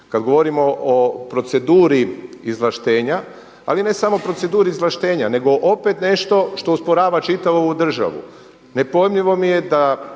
Kada govorimo o proceduru izvlaštenja, ali ne samo proceduri izvlaštenja nego opet nešto što usporava čitavu ovu državu. Ne pojmljivo mi je da